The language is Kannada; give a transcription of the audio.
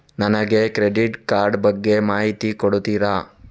ನನಗೆ ಕ್ರೆಡಿಟ್ ಕಾರ್ಡ್ ಬಗ್ಗೆ ಮಾಹಿತಿ ಕೊಡುತ್ತೀರಾ?